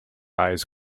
eyes